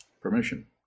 permission